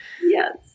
Yes